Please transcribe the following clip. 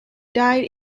died